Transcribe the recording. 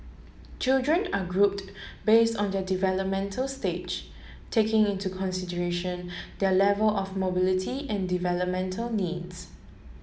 children are grouped base on their developmental stage taking into consideration their level of mobility and developmental needs